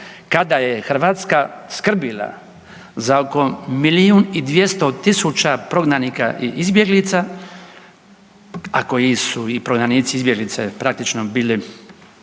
kada je Hrvatska skrbila za oko milijun i 200 tisuća prognanika i izbjeglica, a koji su prognanici i izbjeglice praktično bili